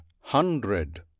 Hundred